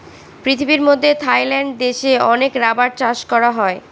পৃথিবীর মধ্যে থাইল্যান্ড দেশে অনেক রাবার চাষ করা হয়